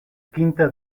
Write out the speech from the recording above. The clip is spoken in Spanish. quinta